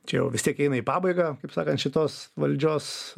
čia vis tiek eina į pabaigą kaip sakant šitos valdžios